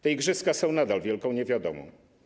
Te igrzyska są nadal wielką niewiadomą.